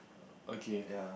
okay